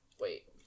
Wait